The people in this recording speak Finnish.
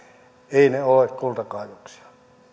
eivät ne ole kultakaivoksia